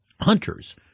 hunters